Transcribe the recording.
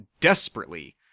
desperately